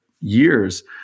years